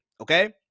Okay